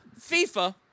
FIFA